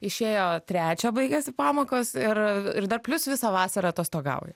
išėjo trečią baigiasi pamokos ir dar plius visą vasarą atostogauja